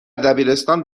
دبیرستان